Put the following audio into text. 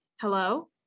Hello